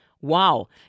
Wow